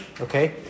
Okay